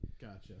Gotcha